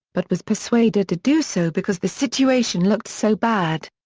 but was persuaded to do so because the situation looked so bad.